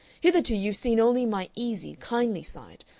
hitherto you've seen only my easy, kindly side.